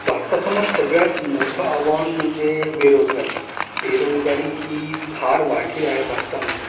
भारतासमोर सगळ्यात मोठं आव्हान म्हणजे बेरोजगारी बेरोजगारी ही फार वाढली आहे भारतामध्ये